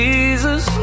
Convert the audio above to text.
Jesus